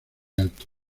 alto